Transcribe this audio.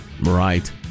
Right